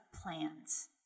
plans